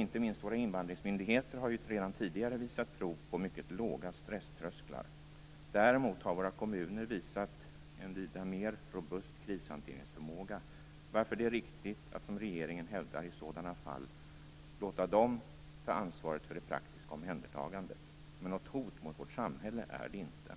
Inte minst våra invandringsmyndigheter har ju redan tidigare visat prov på mycket låga stresströsklar. Däremot har våra kommuner visat en vida mer robust krishanteringsförmåga, varför det är riktigt att, som regeringen hävdar, i sådana fall låta dem ta ansvaret för det praktiska omhändertagandet. Men något hot mot vårt samhälle är det inte.